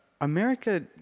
America